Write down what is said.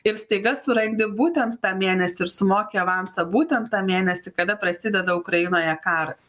ir staiga surandi būtent tą mėnesį ir sumoki avansą būtent tą mėnesį kada prasideda ukrainoje karas